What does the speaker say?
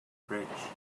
bridge